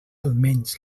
almenys